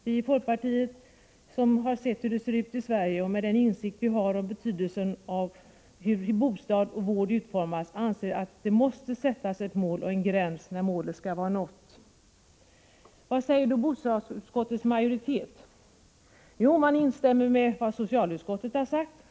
Vi vet hur det ser ut i Sverige, och med den insikt vi har om betydelsen av hur bostad och vård utformas anser vi att det måste sättas upp ett mål och en gräns för när målet skall vara nått. Vad säger då bostadsutskottets majoritet? Jo, man instämmer i det socialutskottet har sagt.